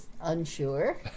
unsure